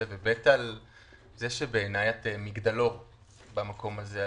ועל כך שבעיני את מגדלור במקום הזה.